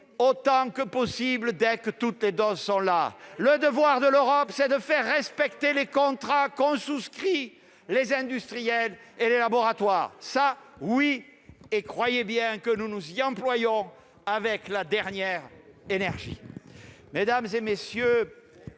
autant que possible dès que toutes les doses seront là. Le devoir de l'Europe, c'est de faire respecter les contrats qu'ont souscrits les industriels et les laboratoires. Croyez bien que nous nous y employons avec la dernière énergie ! Mesdames, messieurs